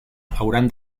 hauran